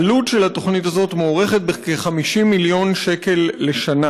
העלות של התוכנית הזאת מוערכת ב-50 מיליון שקלים לשנה.